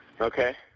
Okay